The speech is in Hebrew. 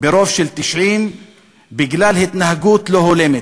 ברוב של 90 בגלל התנהגות לא הולמת.